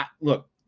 Look